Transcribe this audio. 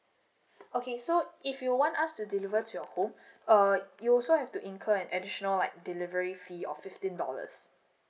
okay so if you want us to deliver to your home uh you also have to incur an additional like delivery fee of fifteen dollars